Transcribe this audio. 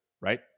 right